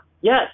Yes